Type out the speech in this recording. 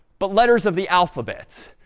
but letters of the alphabet.